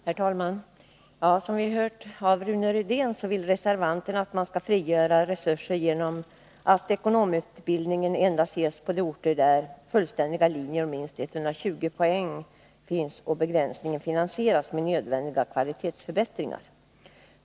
Herr talman! Som vi hört av Rune Rydén vill reservanterna att man skall frigöra resurser genom att ekonomutbildningen endast ges på de orter där fullständiga linjer om minst 120 poäng finns. Begränsningen skulle finansiera nödvändiga kvalitetsförbättringar.